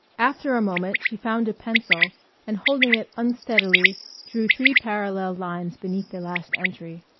after a moment she found a pencil and holding it unsteadily drew three parallel lines beneath the last entry.